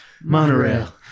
monorail